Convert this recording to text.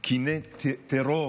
קיני טרור,